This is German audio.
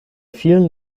vielen